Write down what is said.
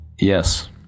Yes